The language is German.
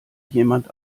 jemand